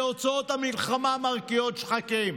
כשהוצאות המלחמה מרקיעות שחקים.